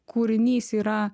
kūrinys yra